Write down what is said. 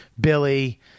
Billy